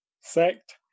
sect